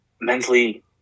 mentally